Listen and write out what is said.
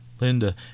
Linda